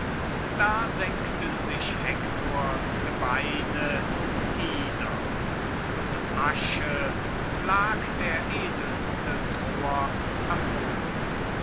da senkten sich hektors gebeine nieder und asche lag der edelste troer am boden